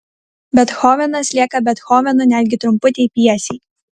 bethovenas lieka bethovenu netgi trumputėj pjesėj